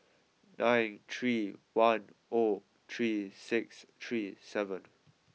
nine three one oh three six three seven